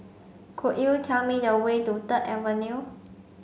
could you tell me the way to Third Avenue